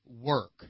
work